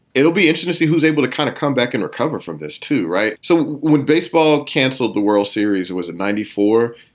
it'll be interesting. see who's able to kind of come back and recover from this, too, right? so when baseball canceled the world series, it was at ninety four.